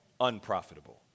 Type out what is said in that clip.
unprofitable